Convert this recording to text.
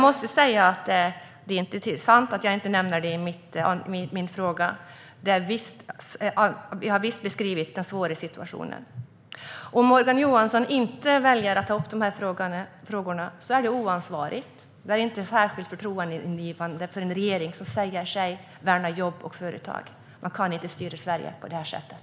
Det är inte sant att jag inte nämner arbetskraftsinvandringen i min fråga. Jag har visst beskrivit den svåra situationen. Om Morgan Johansson inte väljer att ta upp de här frågorna är det oansvarigt och inte särskilt förtroendeingivande för en regering som säger sig värna jobb och företag. Man kan inte styra Sverige på det här sättet.